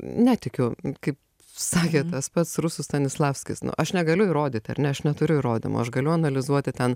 netikiu kaip sakė tas pats rusų stanislavskis nu aš negaliu įrodyti ar ne aš neturiu įrodymų aš galiu analizuoti ten